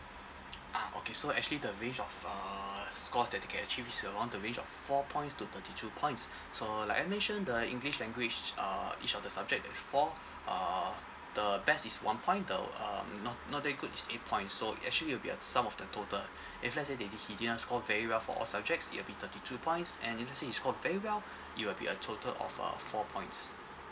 ah okay so actually the range of uh scores that they can achieve is around the range of four points to thirty two points so like I mention the english language uh each of the subject that is four uh the best is one point the um not not that good is eight points so it actually will be a sum of the total if let's say they din~ he didn't score very well for all subjects it will be thirty two points and let's say he scores very well it will be a total of uh four points